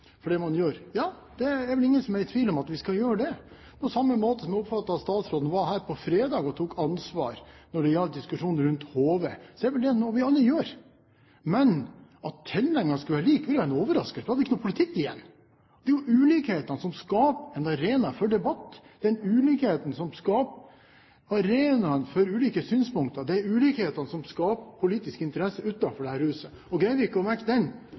for det man gjør. Ja, det er vel ingen som er i tvil om at vi skal gjøre det, på samme måte som jeg oppfattet at statsråden var her på fredag og tok ansvar når det gjaldt diskusjonen rundt HV. Det er vel noe vi alle gjør. Men at tilnærmingen skulle være lik, ville være en overraskelse, for da ville det ikke være noen politikk igjen. Det er jo ulikhetene som skaper en arena for debatt – den ulikheten som skaper arenaen for ulike synspunkter. Det er ulikhetene som skaper politisk interesse utenfor dette huset, og greier vi ikke å